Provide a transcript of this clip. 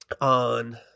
on